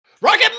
Rocket